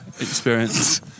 experience